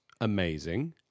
amazing